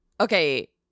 Okay